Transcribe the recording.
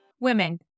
Women